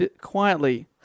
Quietly